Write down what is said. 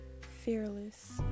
Fearless